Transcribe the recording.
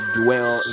dwell